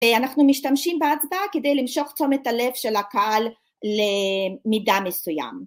ואנחנו משתמשים בהצבעה כדי למשוך צומת הלב של הקהל למידה מסוים